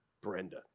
Brenda